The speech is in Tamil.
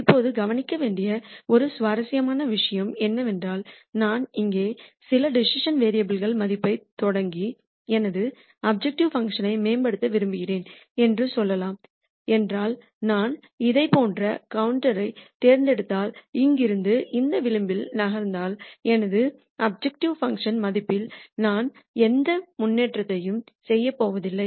இப்போது கவனிக்க வேண்டிய ஒரு சுவாரஸ்யமான விஷயம் என்னவென்றால் நான் இங்கே சில டிசிசன் வேரியபுல் மதிப்புகளைத் தொடங்கி எனது அப்ஜெக்டிவ் பங்க்ஷன் மேம்படுத்த விரும்புகிறேன் என்று சொல்லலாம் என்றால் நான் இதைப் போன்ற ஒரு கண்டூர் ஐ தேர்ந்தெடுத்தால் இங்கிருந்து இந்த விளிம்பில் நகர்ந்தால் எனது அப்ஜெக்டிவ் பங்க்ஷன் மதிப்பில் நான் எந்த முன்னேற்றத்தையும் செய்யப்போவதில்லை